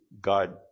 God